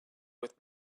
with